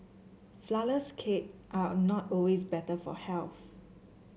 flourless cake are not always better for health